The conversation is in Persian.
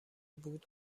بود